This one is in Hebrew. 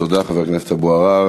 תודה, חבר הכנסת אבו עראר.